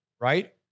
right